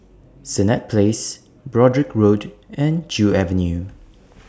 Senett Place Broadrick Road and Joo Avenue